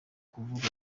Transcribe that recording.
kuvuga